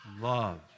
Love